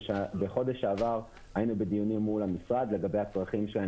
בחודש שעבר היינו בדיונים מול המשרד לגבי הצרכים שהם